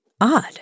Odd